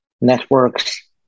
networks